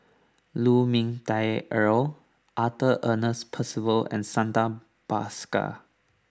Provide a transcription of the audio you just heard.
Lu Ming Teh Earl Arthur Ernest Percival and Santha Bhaskar